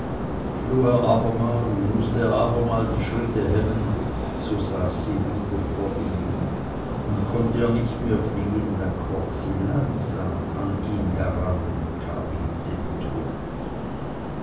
er abermal und mußte er abermals die schritte hemmen so saß sie wieder vor ihm und konnte er nicht mehr fliehen dann erst kroch sie langsam an ihn heran und gab ihm den tod